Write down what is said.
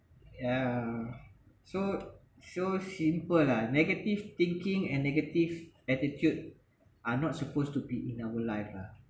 yeah so so simple lah negative thinking and negative attitude are not supposed to be in our life lah